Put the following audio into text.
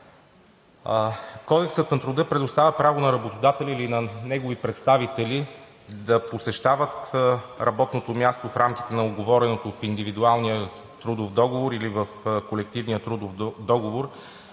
Кодексът на труда предоставя право на работодателя или на негови представители да посещават работното място в рамките на уговореното в индивидуалния трудов договор или в Колективния трудов договор